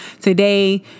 today